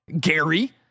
Gary